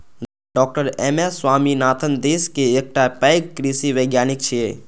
डॉ MS Swaminathan देश के एकटा पैघ कृषि वैज्ञानिक छियै